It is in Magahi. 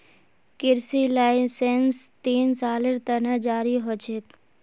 कृषि लाइसेंस तीन सालेर त न जारी ह छेक